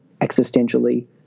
existentially